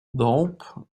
dąb